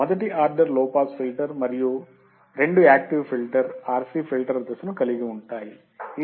మొదటి ఆర్డర్ లో pass filter మరియు రెండు యాక్టివ్ ఫిల్టర్ RC ఫిల్టర్ దశను కలిగి ఉంటాయి